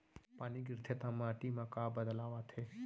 पानी गिरथे ता माटी मा का बदलाव आथे?